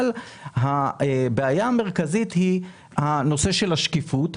הבעיה המרכזית היא הנושא של השקיפות,